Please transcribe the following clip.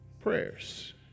prayers